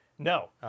No